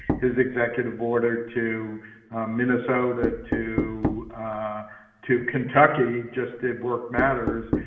his executive order to minnesota to to kentucky just did work matters